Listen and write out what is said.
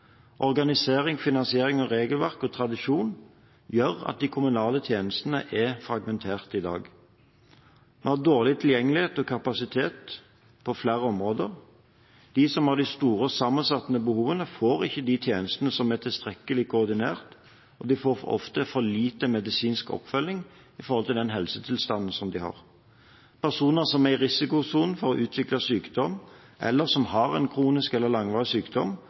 Organisering, finansiering og regelverk og tradisjon gjør at de kommunale tjenestene er fragmenterte i dag. Vi har dårlig tilgjengelighet og kapasitet på flere områder. De som har store og sammensatte behov, får ikke tjenester som er tilstrekkelig koordinert, og de får ofte for lite medisinsk oppfølging i forhold til den helsetilstanden de har. Personer som er i risikosonen for å utvikle sykdom, eller som har en kronisk eller langvarig sykdom,